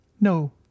No